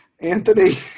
Anthony